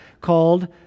called